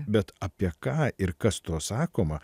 bet apie ką ir kas tuo sakoma